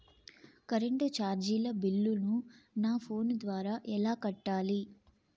Current చార్జీల బిల్లును, నా ఫోను ద్వారా ఎలా కట్టాలి?